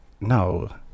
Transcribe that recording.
No